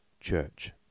church